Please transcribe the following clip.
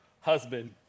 husband